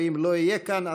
ואם לא יהיה כאן,